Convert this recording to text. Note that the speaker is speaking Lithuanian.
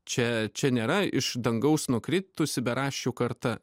čia čia nėra iš dangaus nukritusi beraščių karta